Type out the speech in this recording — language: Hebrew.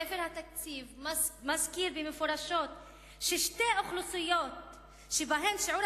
ספר התקציב מזכיר מפורשות ששתי האוכלוסיות שבהן שיעור